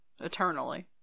eternally